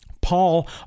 Paul